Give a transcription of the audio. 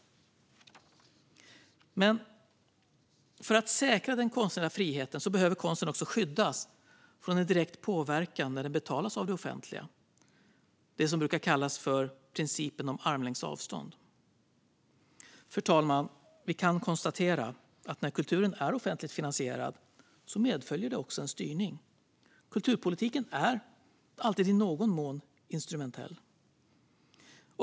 Men för att säkra den konstnärliga friheten behöver konsten också skyddas från direkt påverkan när den betalas av det offentliga - det som brukar kallas för principen om armlängds avstånd. Fru talman! Vi kan konstatera att när kulturen är offentligt finansierad medföljer också en styrning. Kulturpolitiken är alltid i någon mån instrumentell.